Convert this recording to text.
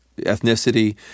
ethnicity